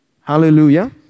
Hallelujah